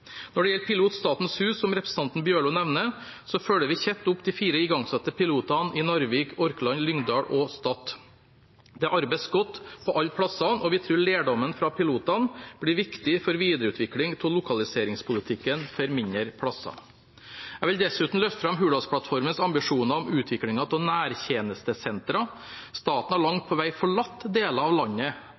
Når det gjelder piloten Statens hus, som representanten Bjørlo nevner, følger vi tett opp de fire igangsatte pilotene i Narvik, Orkland, Lyngdal og Stad. Det arbeides godt på alle plassene, og vi tror lærdommen fra pilotene blir viktig for videreutvikling av lokaliseringspolitikken for mindre plasser. Jeg vil dessuten løfte fram Hurdalsplattformens ambisjoner om utviklingen av nærtjenestesentre. Staten har langt på vei forlatt deler av landet